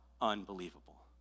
unbelievable